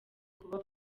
kuba